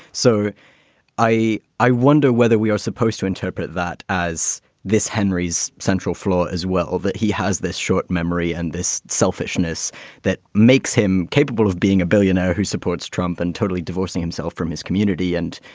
so i i wonder whether we are supposed to interpret that as this henry's central flaw as well, that he has this short memory and this selfishness that makes him capable of being a billionaire who supports trump and totally divorcing himself from his community. and,